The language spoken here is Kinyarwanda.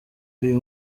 uyu